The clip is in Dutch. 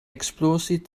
explosie